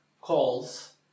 calls